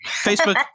Facebook